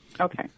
Okay